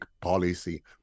policy